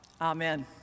amen